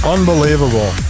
Unbelievable